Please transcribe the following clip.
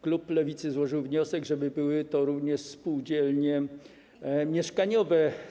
Klub Lewicy złożył wniosek, żeby były to również spółdzielnie mieszkaniowe.